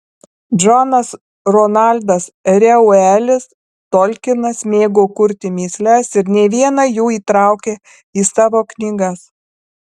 džonas ronaldas reuelis tolkinas mėgo kurti mįsles ir ne vieną jų įtraukė į savo knygas